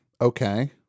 Okay